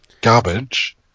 garbage